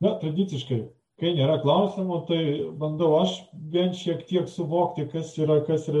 na tradiciškai kai nėra klausimų tai bandau aš bent šiek tiek suvokti kas yra kas yra